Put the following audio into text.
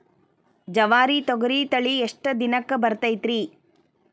ಜವಾರಿ ತೊಗರಿ ತಳಿ ಎಷ್ಟ ದಿನಕ್ಕ ಬರತೈತ್ರಿ?